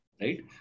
right